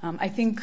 found i think